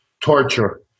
torture